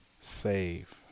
Save